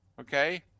okay